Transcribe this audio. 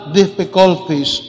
difficulties